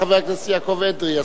חבר הכנסת יעקב אדרי,